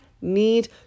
need